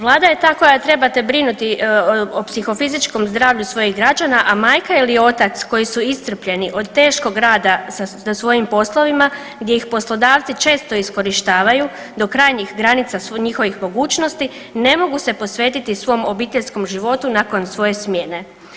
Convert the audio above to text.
Vlada je ta koja treba brinuti o psihofizičkom zdravlju svojih građana, a majka ili otac koji su iscrpljeni od teškog rada na svojim poslovima gdje ih poslodavci često iskorištavaju do krajnjih granica njihovih mogućnosti ne mogu se posvetiti svom obiteljskom životu nakon svoje smjene.